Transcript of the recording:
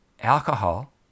Alcohol